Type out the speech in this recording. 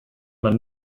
man